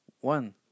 One